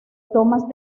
tomas